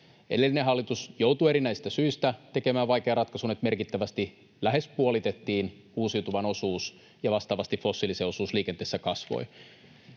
Edellinen hallitus joutui erinäisistä syistä tekemään vaikean ratkaisun, että merkittävästi lähes puolitettiin uusiutuvan osuus, ja vastaavasti fossiilisen osuus liikenteessä kasvoi.